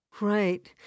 Right